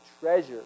treasure